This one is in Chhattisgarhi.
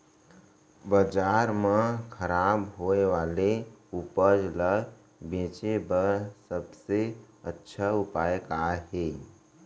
बाजार मा खराब होय वाले उपज ला बेचे बर सबसे अच्छा उपाय का हे?